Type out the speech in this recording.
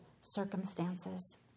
circumstances